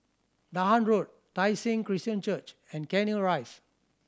Dahan Road Tai Seng Christian Church and Cairnhill Rise